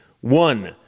one